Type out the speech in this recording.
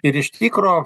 ir iš tikro